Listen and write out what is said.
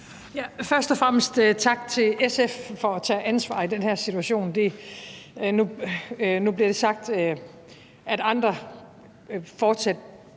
Først og fremmest tak til SF for at tage ansvar i den her situation. Nu bliver det sagt, at andre fortsat